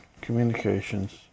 communications